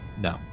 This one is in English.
no